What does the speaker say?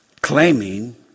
claiming